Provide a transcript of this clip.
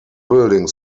building